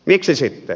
miksi sitten